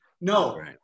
no